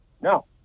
No